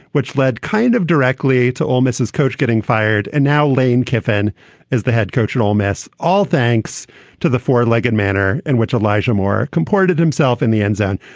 which led kind of directly to ole miss, his coach getting fired. and now lane kiffin is the head coach at ole miss. all thanks to the four legged manner in which alija moore comported himself in the end zone.